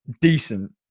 decent